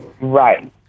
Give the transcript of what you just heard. right